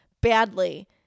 badly